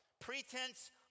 pretense